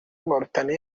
mauritania